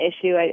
issue